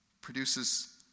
produces